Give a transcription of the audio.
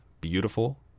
beautiful